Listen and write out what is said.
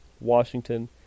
Washington